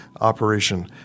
operation